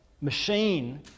machine